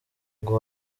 ngo